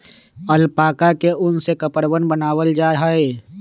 alpaca के उन से कपड़वन बनावाल जा हई